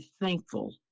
thankful